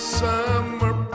summer